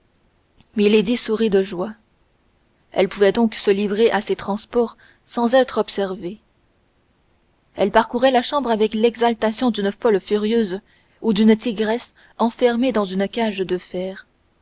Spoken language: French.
sourit de joie elle pouvait donc se livrer à ses transports sans être observée elle parcourait la chambre avec l'exaltation d'une folle furieuse ou d'une tigresse enfermée dans une cage de fer